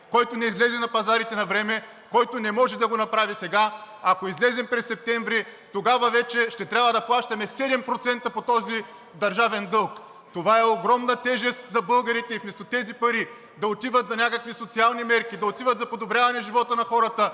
който не излезе на пазарите навреме, който не може да го направи сега, ако излезем през септември, тогава вече ще трябва да плащаме 7% по този държавен дълг. Това е огромна тежест за българите и вместо тези пари да отиват за някакви социални мерки, да отиват за подобряване живота на хората